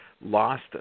lost